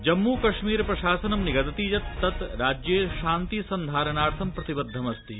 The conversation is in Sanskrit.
जम्मू कश्मीर प्रशासनं निगदति यत् तत् राज्ये शान्ति सन्धारणार्थं प्रतिबद्धमस्ति